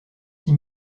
six